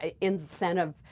incentive